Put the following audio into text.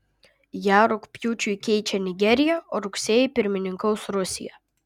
ją rugpjūčiui keičia nigerija o rugsėjį pirmininkaus rusija